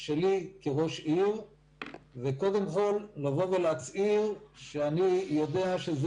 שלי כראש עיר וקודם כל לבוא ולהצהיר שאני יודע שזה